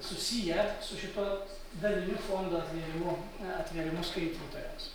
susiję su šituo daliniu fondo atvėrimu atvėrimu skaitytojams